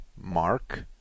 Mark